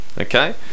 Okay